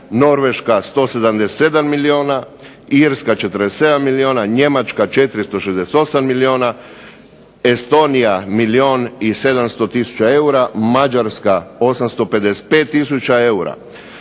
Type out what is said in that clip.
Norveška 177 milijuna, Irska 47 milijuna, Njemačka 468 milijuna, Estonija milijun i 700 tisuća eura, Mađarska 855 tisuća eura.